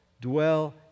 dwell